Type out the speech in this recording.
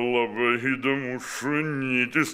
labai įdomus šunytis